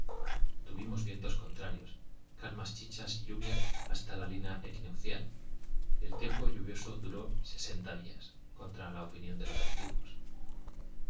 tuvimos vientos contrarios calmas chichas y lluvia hasta la línea equinoccial y el tiempo lluvioso duró sesenta días contra la opinión de los antiguos